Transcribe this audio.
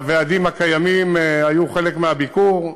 והוועדים הקיימים היו חלק מהביקור,